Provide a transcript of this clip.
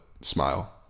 smile